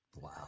Wow